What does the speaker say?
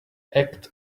act